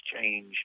change